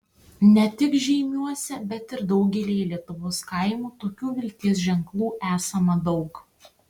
ne tik žeimiuose bet ir daugelyje lietuvos kaimų tokių vilties ženklų esama daug